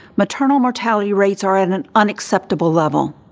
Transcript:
maternal mortality rates are at an unacceptable level.